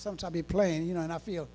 sometimes be playing you know and i feel